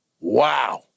wow